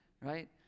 right